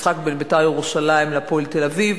במשחק בין "בית"ר ירושלים" ל"הפועל תל-אביב".